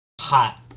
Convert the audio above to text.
hot